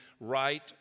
right